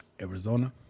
Arizona